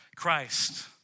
Christ